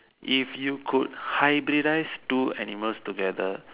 if you could hybridise two animals together